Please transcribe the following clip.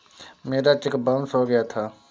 मेरा cheque bounce हो गया था